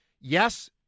Yes